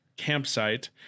campsite